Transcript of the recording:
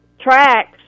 tracks